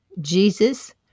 Jesus